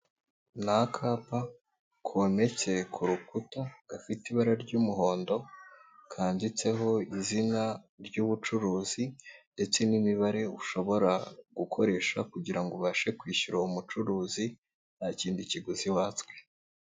Ni akapa kometse ku rukuta gafite ibara ry'umuhondo kanditseho izina ry'ubucuruzi ndetse n'imibare ushobora gukoresha kugira ngo ubashe kwishyura uwo mucuruzi nta kindi kiguzi watswe.